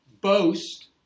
boast